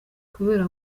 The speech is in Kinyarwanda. kubera